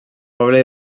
poble